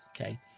Okay